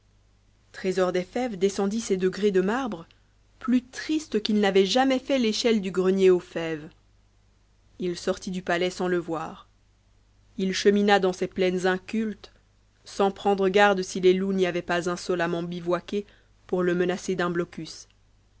trésor des fèves descendit ses degrés de marbre plus triste qu'il n'avait jamais fait l'échelle du grenier aux fèves h sortit du palais sans le voir il chemina dans ses plaines incultes sans prendre garde si les loups n'y avaient pas insolemment bivouaqué pour le menacer d'un blocus